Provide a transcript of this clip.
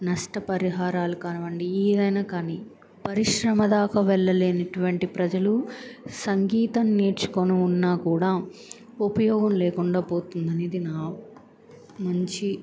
నష్ట పరిహారాలు కానివ్వండి ఏదైనా కానీ పరిశ్రమదాకా వెళ్ళలేనటువంటి ప్రజలు సంగీతం నేర్చుకుని ఉన్నా కూడా ఉపయోగం లేకుండా పోతుందనేది నా మంచి